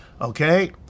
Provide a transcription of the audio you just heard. Okay